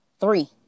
three